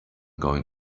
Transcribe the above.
going